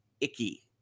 Icky